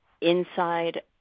inside